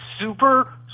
super